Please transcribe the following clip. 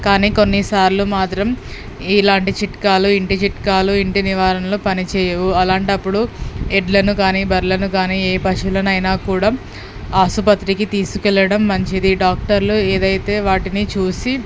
కానీ కొన్నిసార్లు మాత్రం ఇలాంటి చిట్కాలు ఇంటి చిట్కాలు ఇంటి నివారణలు పనిచేయవు అలాంటప్పుడు ఎడ్లను కాని బర్రెలను కానీ ఏ పశువులనైనా కూడా ఆసుపత్రికి తీసుకెళ్ళడం మంచిది డాక్టర్లు ఏదైతే వాటిని చూసి